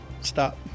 Stop